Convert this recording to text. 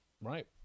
right